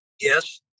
Yes